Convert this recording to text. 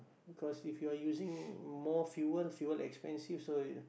cause if you're using more fuel fuel expensive so you